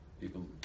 people